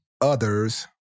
others